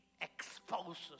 exposes